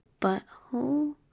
butthole